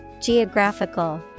Geographical